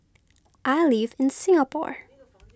I live in Singapore